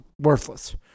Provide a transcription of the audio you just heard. worthless